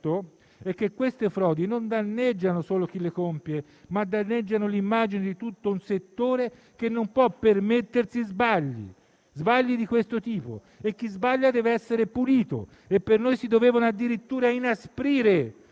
è che queste frodi non danneggiano solo chi le compie, ma danneggiano l'immagine di tutto un settore che non può permettersi sbagli di questo tipo. Chi sbaglia deve essere punito, e per noi si dovevano addirittura inasprire